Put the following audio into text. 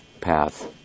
path